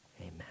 amen